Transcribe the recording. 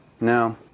No